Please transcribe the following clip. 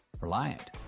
Reliant